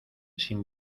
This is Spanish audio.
sin